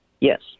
Yes